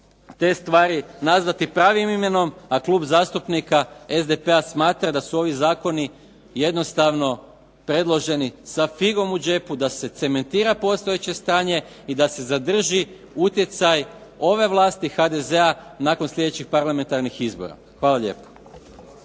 te stvari nazvati pravim imenom. A Klub zastupnika SDP-a smatra da su ovi zakoni jednostavno predloženi sa figom u džepu, da se cementira postojeće stanje i da se zadrži utjecaj ove vlasti, HDZ-a nakon sljedećih parlamentarnih izbora. Hvala lijepo.